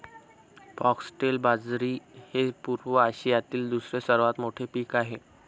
foxtail बाजरी हे पूर्व आशियातील दुसरे सर्वात मोठे पीक आहे